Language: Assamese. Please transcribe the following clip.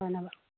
ধন্যবাদ